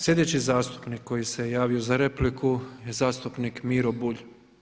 Slijedeći zastupnik koji se javio za repliku je zastupnik Miro Bulj.